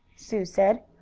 sue said.